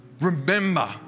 remember